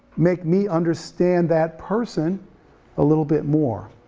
make me understand that person a little bit more,